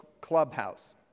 Clubhouse